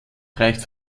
reicht